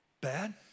Bad